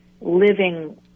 living